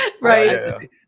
Right